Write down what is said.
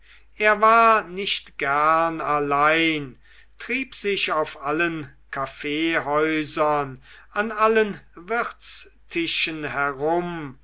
er war nicht gern allein trieb sich auf allen kaffeehäusern an allen wirtstischen herum